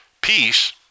Peace